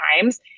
times